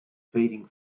fading